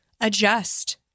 adjust